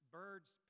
birds